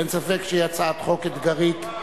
אין ספק שהיא הצעת חוק אתגרית.